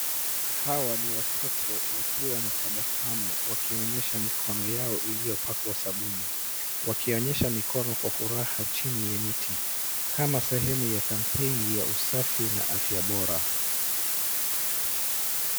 Hawa ni watoto wakiwa na tabasamu wakionyesha mikono yao iliyopakwa sabuni. Wakionyesha mikono kwa furaha chini ya miti kama sehemu ya kampeni ya usafi na afya bora.